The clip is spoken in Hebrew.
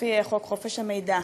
לפי חוק חופש המידע.